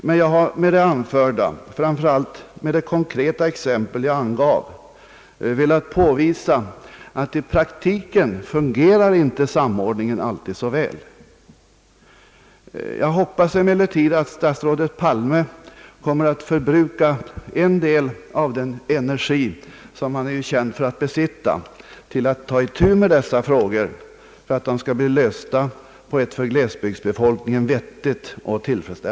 Jag har emellertid med det anförda, framför allt med det konkreta exempel som jag angav, velat påvisa att samordningen i praktiken inte alltid fungerar så väl Jag hoppas emellertid att statsrådet Palme kommer att förbruka en del av den energi som han är känd för att besitta till att ta itu med dessa frågor så att de blir lösta på ett för glesbygdsbefolkningen vettigt och tillfredsstäl